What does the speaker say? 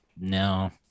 no